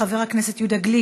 חבר הכנסת יהודה גליק,